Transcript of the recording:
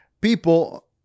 people